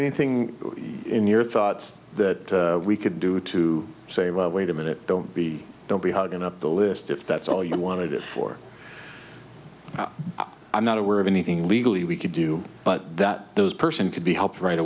anything in your thoughts that we could do to say well wait a minute don't be don't be holding up the list if that's all you wanted it for i'm not aware of anything legally we could do but that those person could be helped right